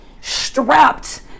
strapped